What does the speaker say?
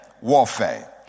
Warfare